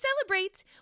celebrate